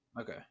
Okay